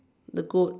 the goat